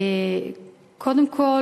קודם כול,